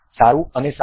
સારું અને સારું